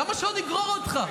למה שלא נגרור אותך?